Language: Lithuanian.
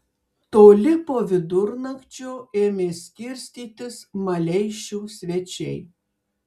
toli po vidurnakčio ėmė skirstytis maleišių svečiai